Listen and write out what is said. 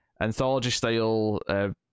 anthology-style